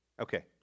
Okay